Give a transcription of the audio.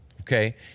okay